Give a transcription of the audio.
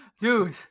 dude